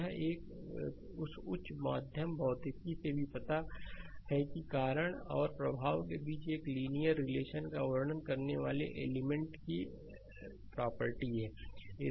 यह इस उच्च माध्यमिक भौतिकी से भी पता है कि यह कारण और प्रभाव के बीच एक लीनियर रिलेशन का वर्णन करने वाले एलिमेंट की प्रॉपर्टी है